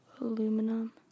aluminum